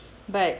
but